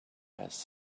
has